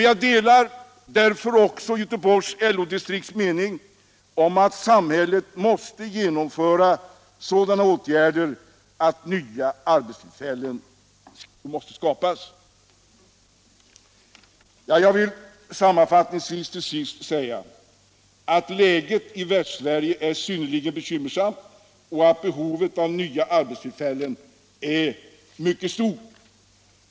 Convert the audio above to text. Jag delar därför Göteborgs LO-distrikts mening att samhället måste genomföra sådana åtgärder att nya arbetstillfällen skapas. Sammanfattningsvis vill jag säga att läget i Västsverige är synnerligen bekymmersamt och att behovet av nya arbetstillfällen är mycket stort.